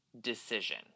decision